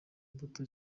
mbuto